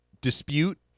dispute